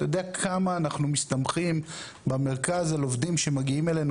אתה יודע כמה אנחנו מסתמכים במרכז על עובדים שמגיעים אלינו